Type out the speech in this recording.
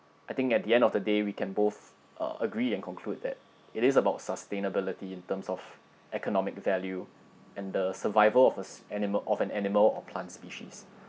I think at the end of the day we can both uh agree and conclude that it is about sustainability in terms of economic value and the survival of us animal of an animal or plant species